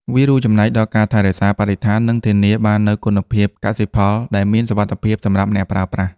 វារួមចំណែកដល់ការថែរក្សាបរិស្ថាននិងធានាបាននូវគុណភាពកសិផលដែលមានសុវត្ថិភាពសម្រាប់អ្នកប្រើប្រាស់។